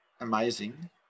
Amazing